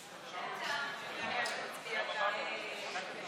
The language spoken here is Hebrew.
תשלום רטרואקטיבי של גמלת הבטחת הכנסה למקבלי קצבת